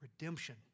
redemption